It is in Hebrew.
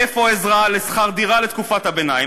איפה העזרה לשכר דירה לתקופת הביניים?